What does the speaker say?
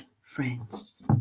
Friends